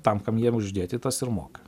tam kam jiem uždėti tas ir moka